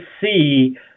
see